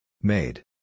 Made